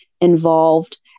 involved